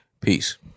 Peace